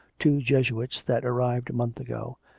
two jesuits that arrived a month ago,